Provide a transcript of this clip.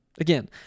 Again